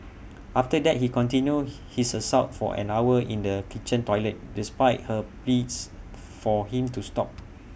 after that he continued his assault for an hour in the kitchen toilet despite her pleas for him to stop